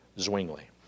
Zwingli